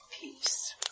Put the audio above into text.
peace